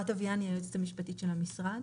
אביאני, היועצת המשפטית של המשרד.